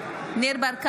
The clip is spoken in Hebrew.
(קוראת בשמות חברי הכנסת) ניר ברקת,